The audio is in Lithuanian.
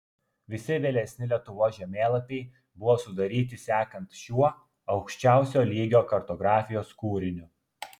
visi vėlesni lietuvos žemėlapiai buvo sudaryti sekant šiuo aukščiausio lygio kartografijos kūriniu